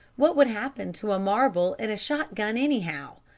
what would happen to a marble in a shotgun, anyhow?